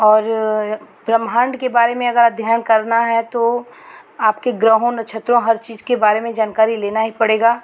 और ब्रह्माण्ड के बारे में अगर अध्ययन करना है तो आपके ग्रहों नक्षत्रों हर चीज़ के बारे में जानकारी लेनी ही पड़ेगी